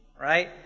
Right